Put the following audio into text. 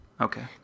Okay